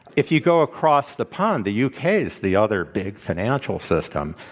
if you go across the pond, the u. k. is the other big financial system.